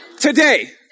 today